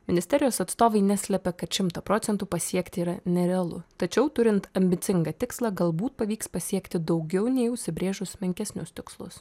ministerijos atstovai neslepia kad šimtą procentų pasiekti yra nerealu tačiau turint ambicingą tikslą galbūt pavyks pasiekti daugiau nei užsibrėžus menkesnius tikslus